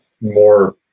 more